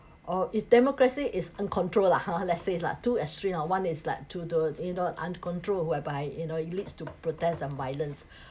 or if democracy is uncontrolled lah ha let's say lah too extreme ah one is like to the you know uncontrolled whereby you know it leads to protest and violence